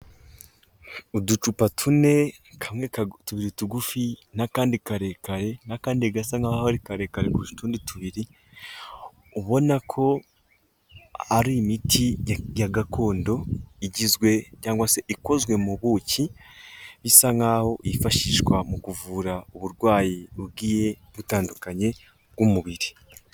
Uducupa tune, tubiri tugufi, n'akandi karekare, n'akandi gasa nk'aho ari karekare kurush’utundi tubiri, ubona ko ari imiti ya gakondo igizwe cyangwa se ikozwe mu buki, bisa nk’aho yifashishwa mu kuvura uburwayi bugiye butandukanye bw'umubiri.